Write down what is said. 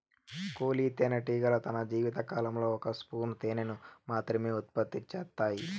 కూలీ తేనెటీగలు తన జీవిత కాలంలో ఒక స్పూను తేనెను మాత్రమె ఉత్పత్తి చేత్తాయి